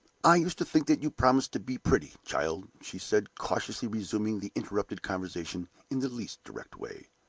i used to think that you promised to be pretty, child, she said, cautiously resuming the interrupted conversation in the least direct way.